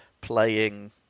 playing